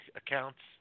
accounts